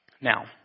Now